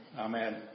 Amen